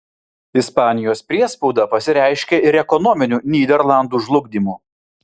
ispanijos priespauda pasireiškė ir ekonominiu nyderlandų žlugdymu